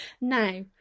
Now